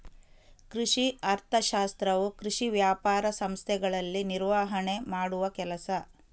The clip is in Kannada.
ಕೃಷಿ ಅರ್ಥಶಾಸ್ತ್ರವು ಕೃಷಿ ವ್ಯಾಪಾರ ಸಂಸ್ಥೆಗಳಲ್ಲಿ ನಿರ್ವಹಣೆ ಮಾಡುವ ಕೆಲಸ